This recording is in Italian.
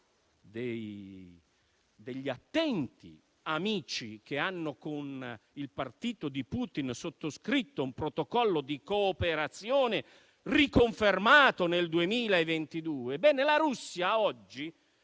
degli attenti amici che con il partito di Putin hanno sottoscritto un protocollo di cooperazione riconfermato nel 2022, oggi